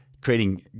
creating